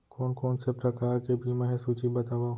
कोन कोन से प्रकार के बीमा हे सूची बतावव?